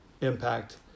impact